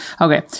Okay